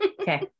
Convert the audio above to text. Okay